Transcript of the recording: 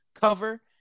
Cover